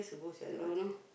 dunno